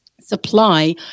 supply